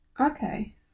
Okay